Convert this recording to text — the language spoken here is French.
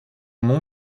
nom